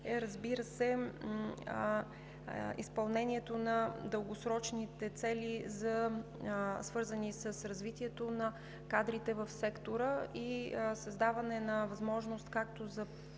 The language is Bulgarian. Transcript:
е изпълнението на дългосрочните цели, свързани с развитието на кадрите в сектора и създаване на възможност както за